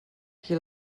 qui